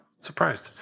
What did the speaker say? Surprised